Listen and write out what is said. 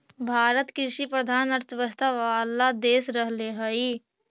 भारत कृषिप्रधान अर्थव्यवस्था वाला देश रहले हइ